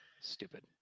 stupid